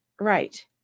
Right